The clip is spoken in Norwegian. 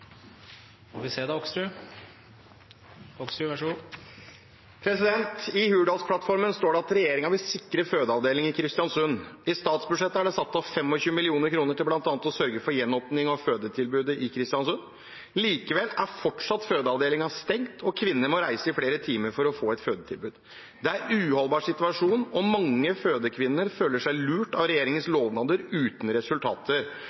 å sørge for gjenåpning av fødetilbudet i Kristiansund. Likevel er fortsatt fødeavdelingen stengt, og kvinner må reise i flere timer for å få et fødetilbud. Det er en uholdbar situasjon, og mange fødekvinner føler seg lurt av regjeringens lovnader uten resultater.